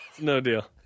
no-deal